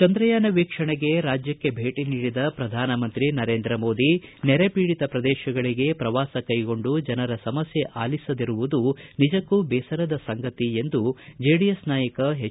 ಚಂದ್ರಯಾನ ವೀಕ್ಷಣೆಗೆ ರಾಜ್ಯಕ್ಕೆ ಭೇಟಿ ನೀಡಿದ ಪ್ರಧಾನಮಂತ್ರಿ ನರೇಂದ್ರ ಮೋದಿ ನೆರೆ ಪೀಡಿತ ಪ್ರದೇಶಗಳಿಗೆ ಪ್ರವಾಸ ಕೈಗೊಂಡು ಜನರ ಸಮಸ್ಥೆ ಆಲಿಸದಿರುವುದು ನಿಜಕ್ಕೂ ಬೇಸರದ ಸಂಗತಿ ಎಂದು ಚೆಡಿಎಸ್ ನಾಯಕ ಹೆಚ್